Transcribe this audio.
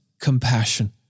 compassion